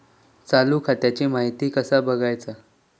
चालू खात्याची माहिती कसा बगायचा?